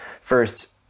First